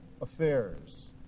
affairs